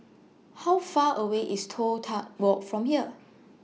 How Far away IS Toh Tuck Walk from here